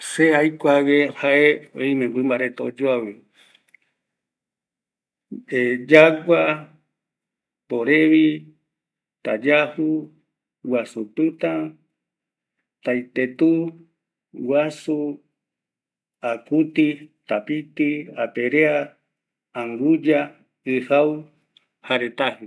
Se aukuague, jae oime mɨmba reta oyoaviɨ, yagua, mborevi, tayaju, guasu pɨta, taitetu, guasu, akuti, tapiti, apererea, anguya, ɨjau, jare tajɨ